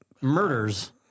Murders